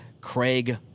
Craig